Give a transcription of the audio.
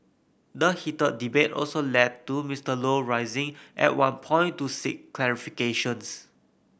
the heated debate also led to Mister Low rising at one point to seek clarifications